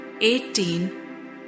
eighteen